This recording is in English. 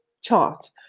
chart